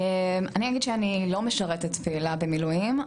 אני אגיד שאני לא משרתת פעילה במילואים,